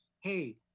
hey